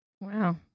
Wow